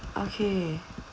okay